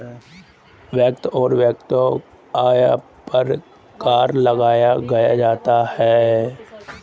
व्यक्ति के वैयक्तिक आय पर कर लगाया जाता है